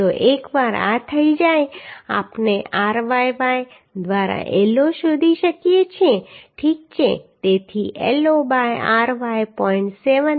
તો એકવાર આ થઈ જાય આપણે ryy દ્વારા L0 શોધી શકીએ છીએ ઠીક છે તેથી L0 બાય ry 0